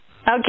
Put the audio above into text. Okay